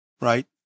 right